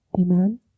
Amen